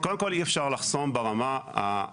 קודם כל אי אפשר לחסום ברמה הטוטאלית.